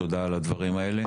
אז תודה על הדברים האלה.